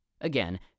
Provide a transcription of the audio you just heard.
Again